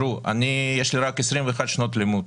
יש לי רק 21 שנות לימוד.